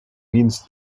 means